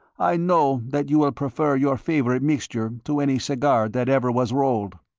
i know that you will prefer your favourite mixture to any cigar that ever was rolled.